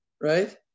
right